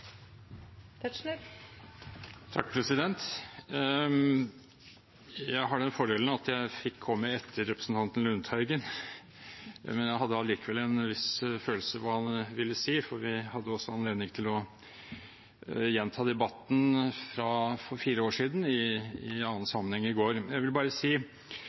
Jeg har den fordelen at jeg fikk komme etter representanten Lundteigen, men jeg hadde allikevel en viss følelse av hva han ville si, for vi hadde i går, i en annen sammenheng, anledning til å gjenta debatten fra for fire år siden. Jeg vil bare si, i den grad jeg